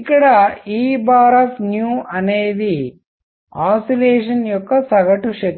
ఇక్కడ E అనేది oscillation యొక్క సగటు శక్తి